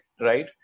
right